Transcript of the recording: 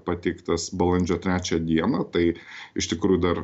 pateiktas balandžio trečią dieną tai iš tikrųjų dar